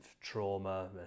trauma